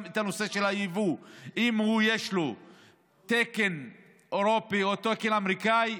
אם יש תקן אירופי או תקן אמריקני,